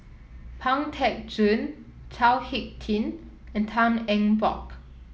Pang Teck Joon Chao HicK Tin and Tan Eng Bock